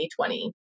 2020